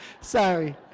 Sorry